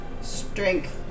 Strength